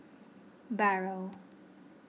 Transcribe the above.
Barrel